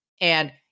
And-